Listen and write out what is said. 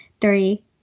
three